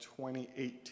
2018